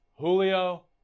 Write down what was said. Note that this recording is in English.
Julio